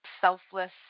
selfless